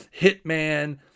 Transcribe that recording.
Hitman